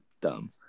dumb